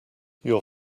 your